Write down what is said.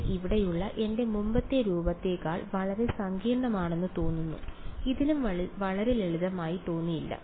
ഇത് ഇവിടെയുള്ള എന്റെ മുമ്പത്തെ രൂപത്തേക്കാൾ വളരെ സങ്കീർണ്ണമാണെന്ന് തോന്നുന്നു ഇതിലും വളരെ ലളിതമായി തോന്നിയില്ല